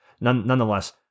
Nonetheless